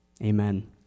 amen